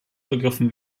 begriffen